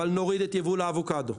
אבל נוריד את יבול האבוקדו,